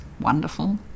wonderful